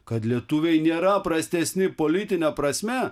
kad lietuviai nėra prastesni politine prasme